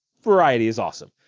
variety is awesome.